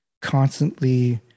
constantly